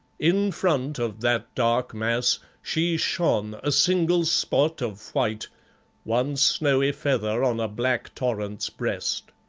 in front of that dark mass she shone a single spot of white one snowy feather on a black torrent's breast.